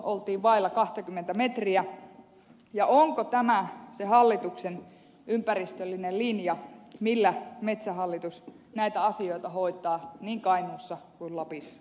oltiin vailla kahtakymmentä metriä ja onko tämä se hallituksen ympäristöllinen linja millä metsähallitus näitä asioita hoitaa niin kainuussa kuin lapissa